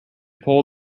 pull